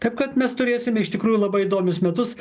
taip kad mes turėsim ir iš tikrųjų labai įdomius metus